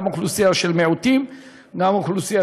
גם אוכלוסייה של מיעוטים וגם אוכלוסייה